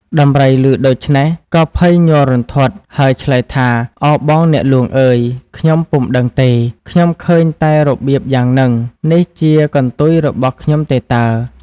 ដំរីឮដូច្នេះក៏ភ័យញ័ររន្ធត់ ហើយឆ្លើយថា៖ "ឱបងអ្នកហ្លួងអើយ! ខ្ញុំពុំដឹងទេ ខ្ញុំឃើញតែរបៀបយ៉ាងហ្នឹង នេះជាកន្ទុយរបស់ខ្ញុំទេតើ"។